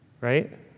right